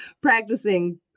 practicing